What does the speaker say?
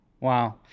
Wow